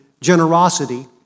generosity